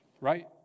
Right